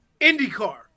IndyCar